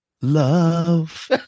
Love